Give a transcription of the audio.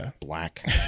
Black